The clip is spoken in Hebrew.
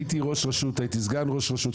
הייתי ראש רשות, הייתי סגן ראש רשות.